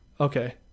Okay